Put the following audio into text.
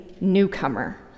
newcomer